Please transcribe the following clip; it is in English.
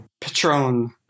patron